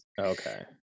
Okay